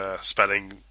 spelling